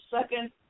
second